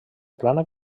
plana